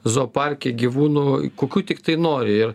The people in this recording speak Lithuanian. zooparke gyvūnų kokių tiktai nori ir